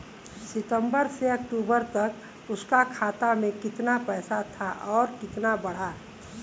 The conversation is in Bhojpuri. सितंबर से अक्टूबर तक उसका खाता में कीतना पेसा था और कीतना बड़ा?